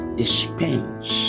dispense